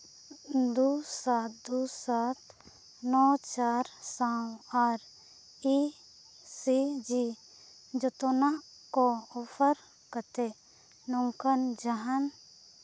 ᱫᱩ ᱥᱟᱛ ᱫᱩ ᱥᱟᱛ ᱱᱚ ᱪᱟᱨ ᱥᱟᱶ ᱟᱨ ᱤ ᱥᱤ ᱡᱤ ᱡᱚᱛᱚᱱᱟᱜ ᱠᱚ ᱚᱯᱷᱟᱨ ᱠᱟᱛᱮ ᱱᱚᱝᱠᱟᱱ ᱡᱟᱦᱟᱱ